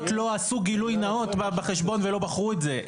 לא עשו גילוי נאות בחשבון ולא בחרו את זה.